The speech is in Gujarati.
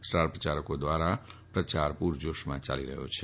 સ્ટાર પ્રચારકો દ્વારા પ્રચાર પૂરજોશમાં ચાલી રહ્યો છે